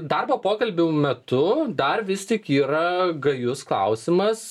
darbo pokalbių metu dar vis tik yra gajus klausimas